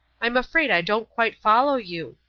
i'm afraid i don't quite follow you.